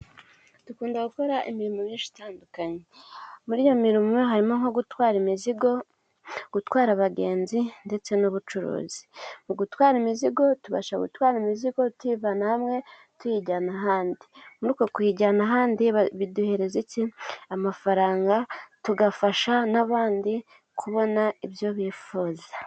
Dukunda gukora imirimo myinshi itandukanye. Muri iyo mirimo harimo nko gutwara imizigo, gutwara abagenzi ndetse n'ubucuruzi . Mu gutwara imizigo, tubasha gutwara imizigo tuyivana hamwe tuyijyana ahandi. Muri uko kuyijyana ahandi biduhereza iki? Amafaranga tugafasha n'abandi kubona ibyo bifuza.